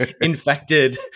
infected